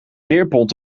veerpont